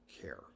care